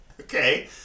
Okay